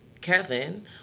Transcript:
kevin